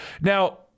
Now